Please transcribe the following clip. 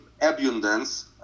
abundance